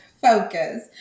Focus